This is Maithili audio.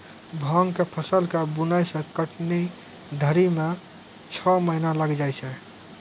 भाँग के फसल के बुनै से कटनी धरी मे छौ महीना लगी जाय छै